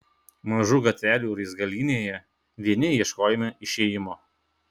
mažų gatvelių raizgalynėje vieni ieškojome išėjimo